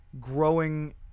growing